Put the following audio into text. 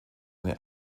eine